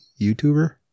YouTuber